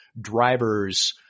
drivers